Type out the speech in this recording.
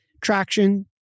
traction